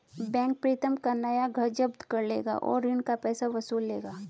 bank Pritam का नया घर जब्त कर लेगा और ऋण का पैसा वसूल लेगा